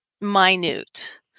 minute